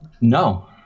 No